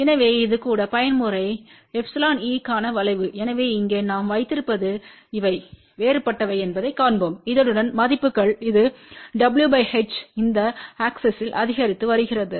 எனவே இது கூட பயன்முறை Eeக்கான வளைவு எனவே இங்கே நாம் வைத்திருப்பது இவை வேறுபட்டவை என்பதைக் காண்போம் இதனுடன் மதிப்புகள் இது w h இந்த ஆக்ஸிஸ் அதிகரித்து வருகிறது